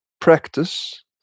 practice